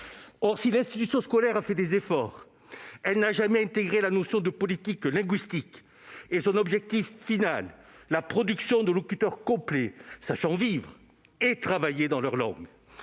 Or si l'institution scolaire a fait des efforts, elle n'a jamais intégré la notion de politique linguistique et son objectif final, la production de locuteurs complets, sachant vivre et travailler dans leur langue.